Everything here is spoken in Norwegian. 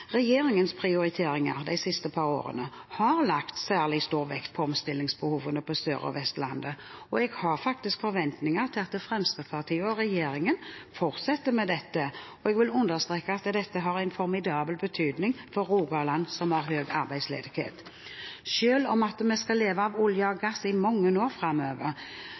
Regjeringens prioriteringer de siste par årene har lagt særlig stor vekt på omstillingsbehovene på Sør- og Vestlandet. Jeg har forventninger til at Fremskrittspartiet og regjeringen fortsetter med dette. Jeg vil understreke at dette har formidabel betydning for Rogaland, som har høy arbeidsledighet. Selv om vi skal leve av olje og gass i mange år framover